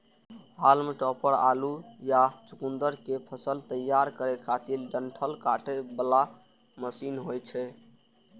हाल्म topper आलू या चुकुंदर के फसल तैयार करै खातिर डंठल काटे बला मशीन होइ छै